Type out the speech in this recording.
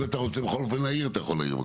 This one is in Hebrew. אם אתה רוצה בכל מקרה להעיר, אתה יכול להעיר.